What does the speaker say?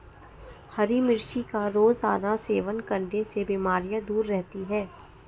हरी मिर्च का रोज़ाना सेवन करने से बीमारियाँ दूर रहती है